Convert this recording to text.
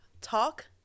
talk